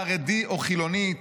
חרדי או חילוני,